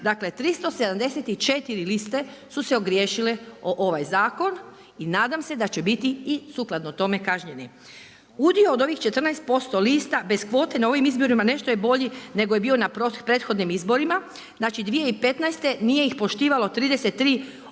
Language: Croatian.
Dakle, 374 liste su se ogriješile o ovaj zakon i nadam se da će biti i sukladno tome kažnjeni. Udio od ovih 14% lista, bez kvote na ovim izborima nešto je bolji nego je bio na prethodnim izborima, znači 2015. nije ih poštivalo 33 od